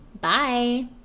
Bye